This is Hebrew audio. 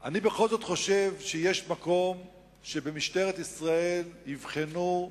אני בכל זאת חושב שיש מקום שבמשטרת ישראל יבחנו,